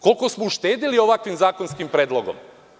Koliko smo uštedeli ovakvim zakonskim predlogom?